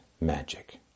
magic